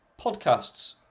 Podcasts